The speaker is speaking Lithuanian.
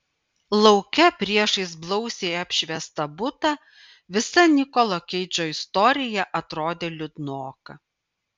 lauke priešais blausiai apšviestą butą visa nikolo keidžo istorija atrodė liūdnoka